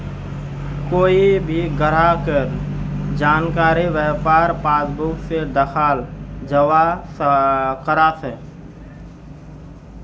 कोए भी ग्राहकेर जानकारी वहार पासबुक से दखाल जवा सकोह